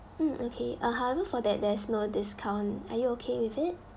mm okay uh however for that there is no discount are you okay with it